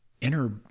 inner